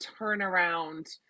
turnaround